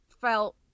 felt